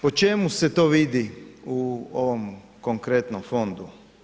Po čemu se to vidi u ovom konkretnom fondu?